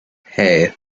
hey